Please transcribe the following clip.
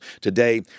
Today